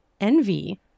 Envy